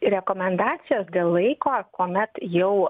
rekomendacijos dėl laiko kuomet jau